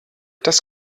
das